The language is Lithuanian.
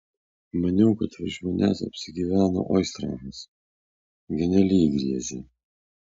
maniau kad virš manęs apsigyveno oistrachas genialiai griežia